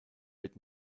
wird